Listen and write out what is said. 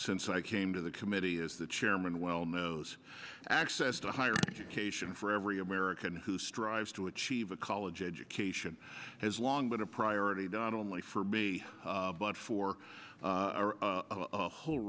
since i came to the committee as the chairman well knows access to higher education for every american who strives to achieve a college education has long been a priority not only for me but for a whole